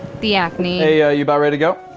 the acne. hey, ah you about ready to go?